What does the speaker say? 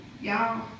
y'all